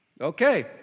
Okay